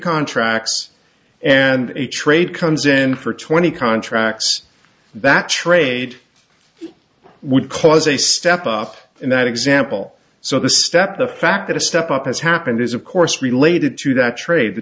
contracts and a trade comes in for twenty contracts that trade would cause a step up in that example so the step the fact that a step up has happened is of course related to that trade the